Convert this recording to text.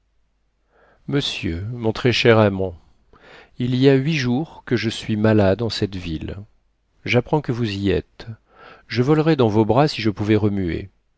monsieur mon très cher amant il y a huit jours que je suis malade en cette ville j'apprends que vous y êtes je volerais dans vos bras si je pouvais remuer